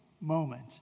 moment